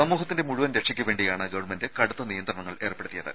സമൂഹത്തിന്റെ മുഴുവൻ രക്ഷയ്ക്കുവേണ്ടിയാണ് ഗവൺമെന്റ് കടുത്ത നിയന്ത്രണങ്ങൾ ഏർപ്പെടുത്തിയത്